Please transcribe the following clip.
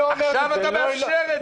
עכשיו אתה מאפשר את זה.